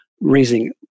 raising